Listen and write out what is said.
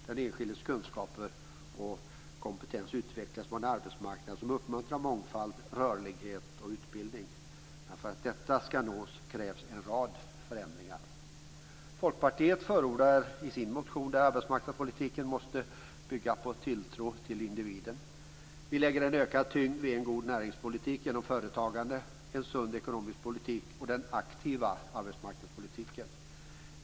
Den enskildes kunskaper och kompetens utvecklas på en arbetsmarknad som uppmuntrar mångfald, rörlighet och utbildning. Men för att detta ska uppnås krävs en rad förändringar. Folkpartiet förordar i sin motion att arbetsmarknadspolitiken måste bygga på tilltro till individen. Vi lägger en ökad tyngd vid en god näringspolitik genom företagande, en sund ekonomisk politik och aktiv arbetsmarknadspolitik.